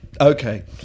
okay